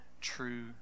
true